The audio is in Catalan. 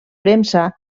premsa